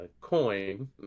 coin